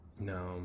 No